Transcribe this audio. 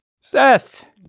Seth